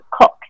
cook